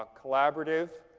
ah collaborative.